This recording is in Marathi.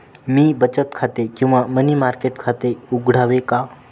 मी बचत खाते किंवा मनी मार्केट खाते उघडावे का?